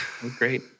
great